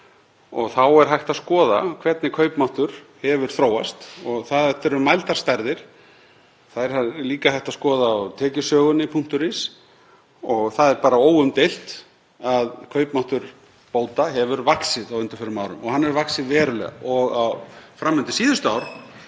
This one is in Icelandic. og þá er hægt að skoða hvernig kaupmáttur hefur þróast og þetta eru mældar stærðir. Það er líka hægt að skoða þetta á tekjusögunni.is. Það er bara óumdeilt að kaupmáttur bóta hefur vaxið á undanförnum árum og hann hefur vaxið verulega og fram undir síðustu ár